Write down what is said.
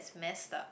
it's messed up